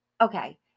okay